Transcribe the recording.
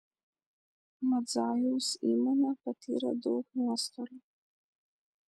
madzajaus įmonė patyrė daug nuostolių